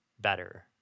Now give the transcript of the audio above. better